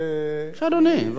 בבקשה, אדוני.